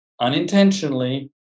unintentionally